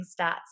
stats